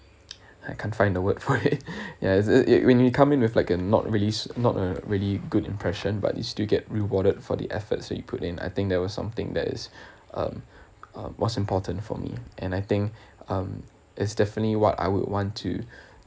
I can’t find a word for it ya it's when you come in with like a not really s~ not a really good impression but you still get rewarded for the efforts that you put in I think that was something that is um uh was important for me and I think um it's definitely what I would want to